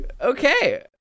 Okay